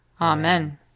Amen